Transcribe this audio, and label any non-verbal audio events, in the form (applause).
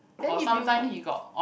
then if you (breath)